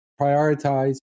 prioritize